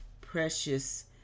precious